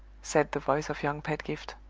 said the voice of young pedgift.